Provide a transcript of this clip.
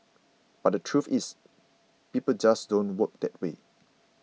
but the truth is people just don't work that way